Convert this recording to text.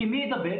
כי מי ידבק?